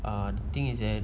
err the thing is that